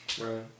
Right